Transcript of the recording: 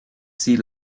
sea